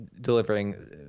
Delivering